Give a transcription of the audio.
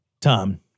Tom